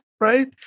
right